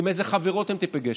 עם אילו חברות הן תיפגשנה.